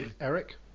Eric